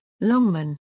Longman